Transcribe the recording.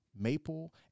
maple